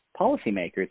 policymakers